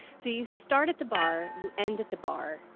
so you start at the bar, you end at the bar.